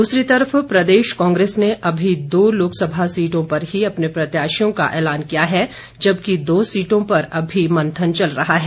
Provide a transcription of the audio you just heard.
दूसरी तरह प्रदेश कांग्रेस ने अभी दो लोकसभा सीटों पर ही अपने प्रत्याशियों का एलान किया है जबकि दो सीटों पर अभी मंथन चल रहा है